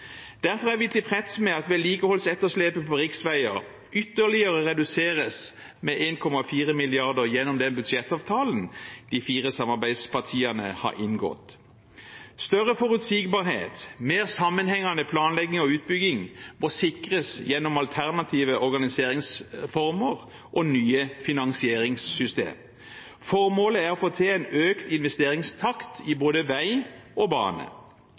Derfor er vi tilfreds med at vedlikeholdsetterslepet på riksveier ytterligere reduseres med 1,4 mrd. kr gjennom budsjettavtalen de fire samarbeidspartiene har inngått. Større forutsigbarhet, mer sammenhengende planlegging og utbygging må sikres gjennom alternative organiseringsformer og nye finansieringssystem. Formålet er å få til en økt investeringstakt for både vei og bane.